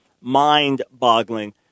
mind-boggling